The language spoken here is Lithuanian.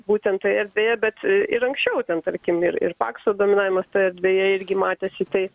būtent toje erdvėje bet ir anksčiau ten tarkim ir ir pakso dominavimas toj erdvėje irgi matėsi tai